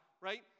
right